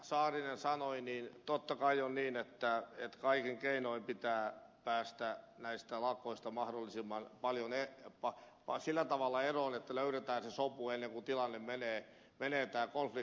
saarinen sanoi niin totta kai on niin että kaikin keinoin pitää päästä näistä lakoista mahdollisimman paljon eroon sillä tavalla että löydetään sopu ennen kuin konflikti menee tiukaksi